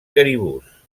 caribús